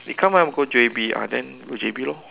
say come ah we go J_B ah then go J_B lor